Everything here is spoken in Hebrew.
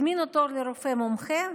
הזמינו תור לרופא מומחה,